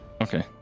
Okay